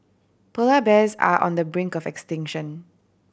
polar bears are on the brink of extinction